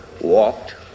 walked